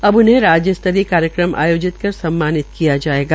अब उन्हें राज्य स्तरीय कार्यक्रम आयोजित कर सम्मानित किया जायेगा